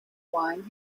wine